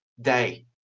day